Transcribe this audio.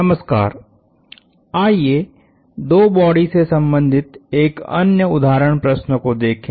नमस्कार आइए दो बॉडी से संबंधित एक अन्य उदाहरण प्रश्न को देखें